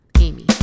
Amy